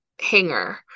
hanger